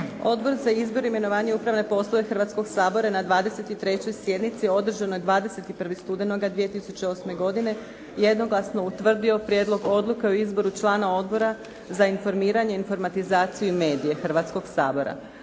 Odbor za izbor, imenovanja i upravne poslove Hrvatskoga sabora na 23. sjednici održanoj 21. studenoga 2008. godine jednoglasno je utvrdio Prijedlog odluke o izboru člana Odbora za obrazovanje, znanost i kulturu Hrvatskoga sabora.